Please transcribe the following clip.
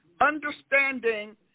Understanding